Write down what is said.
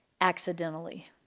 accidentally